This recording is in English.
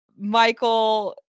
Michael